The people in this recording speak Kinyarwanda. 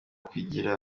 kugira